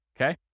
okay